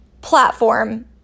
platform